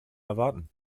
erwarten